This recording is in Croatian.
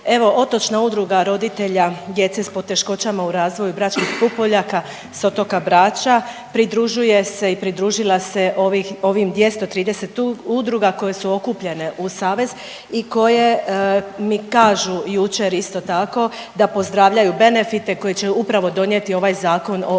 Evo otočna Udruga roditelja djece s poteškoćama u razvoju „Bračkih pupoljaka“ s otoka Brača pridružuje se i pridružila se ovim 230 udruga koje su okupljene u savez i koje mi kažu jučer isto tako da pozdravljaju benefite koji će upravo donijeti ovaj Zakon o osobnim